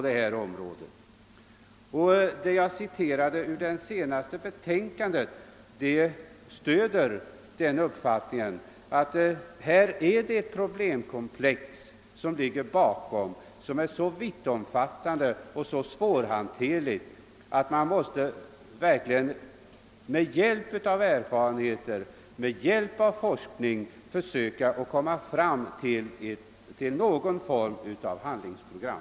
Det jag citerade ur det senaste betänkandet stöder den uppfattningen att det problemkomplex som ligger bakom är så vittomfattande och så svårhanterligt, att man verkligen måste ta hjälp av erfarenheter och forskning för att kunna uppställa ett handlingsprogram.